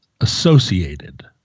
associated